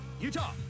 Utah